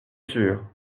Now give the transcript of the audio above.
sûr